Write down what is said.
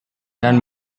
dan